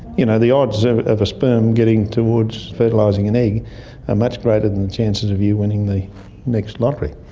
you know, the odds of of a sperm getting towards fertilising an egg are much greater than the chances of you winning the next lottery.